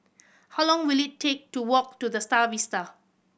how long will it take to walk to The Star Vista